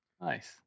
Nice